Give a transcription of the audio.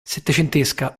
settecentesca